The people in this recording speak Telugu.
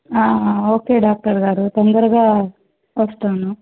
ఓకే డాక్టర్ గారు తొందరగా వస్తాను